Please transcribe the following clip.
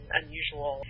unusual